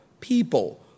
people